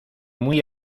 muy